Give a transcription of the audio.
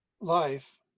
life